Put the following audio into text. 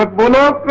ah bhola.